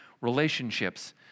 relationships